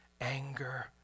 anger